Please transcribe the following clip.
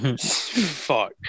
fuck